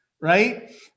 right